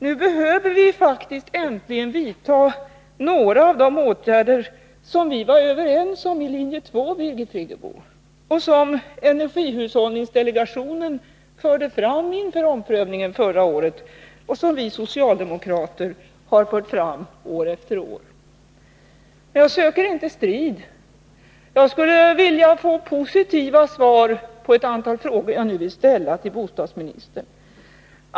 Nu måste vi äntligen vidta några av de åtgärder som vi var överens om i linje 2, Birgit Friggebo, som energihushållningsdelegationen förde fram inför omprövningen förra året och som vi socialdemokrater har fört fram år efter år. Jag söker inte strid, utan jag skulle vilja få positiva svar på ett antal frågor som jag nu vill ställa till bostadsministern.